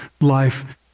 life